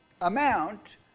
amount